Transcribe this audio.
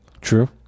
True